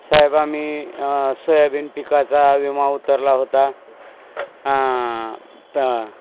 साहेब आम्ही सोयाबीन पिकाचा विमा उतरला होता प